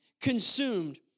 consumed